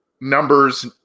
numbers